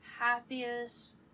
happiest